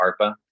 ARPA